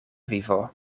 vivo